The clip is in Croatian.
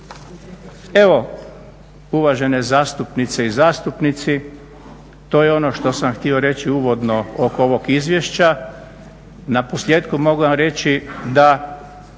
Evo uvažene zastupnice i zastupnici to je ono što sam želio reći uvodno oko ovog izvješća. Naposljetku mogu vam reći da